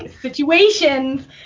situations